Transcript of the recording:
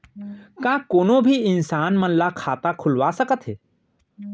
का कोनो भी इंसान मन ला खाता खुलवा सकथे?